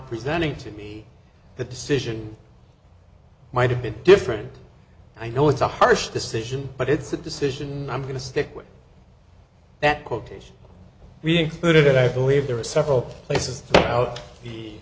presenting to me the decision might have been different i know it's a harsh decision but it's a decision i'm going to stick with that quotation being that i believe there were several places out the